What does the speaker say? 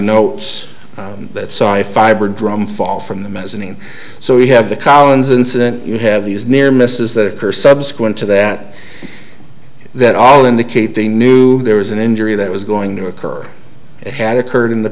a fiber drum fall from the mezzanine so we have the collins incident you have these near misses that occur subsequent to that that all indicate they knew there was an injury that was going to occur that had occurred in the